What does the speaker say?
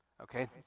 okay